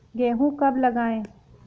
गेहूँ कब लगाएँ?